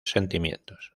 sentimientos